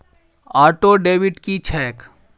Auto debit की छैक?